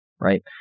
right